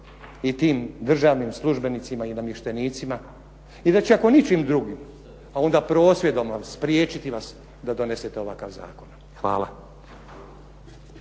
i tim državnim službenicima i namještenicima i da će, ako ničim drugim, a onda prosvjedom ali spriječiti vas da donesete ovakav zakon. Hvala.